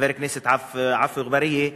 חבר הכנסת עפו אגבאריה,